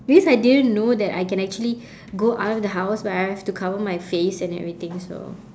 because I didn't know that I can actually go out of the house but I have to cover my face and everything so